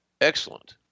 Excellent